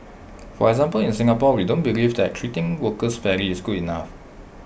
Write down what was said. for example in Singapore we don't believe that treating workers fairly is good enough